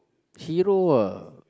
hero ah